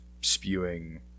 spewing